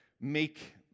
make